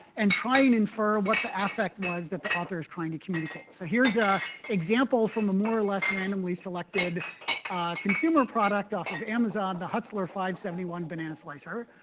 and try and infer what the affect was that the author is trying to communicate. so here's an ah example from a more or less randomly selected consumer product off of amazon, the hutzler five seventy one banana slicer.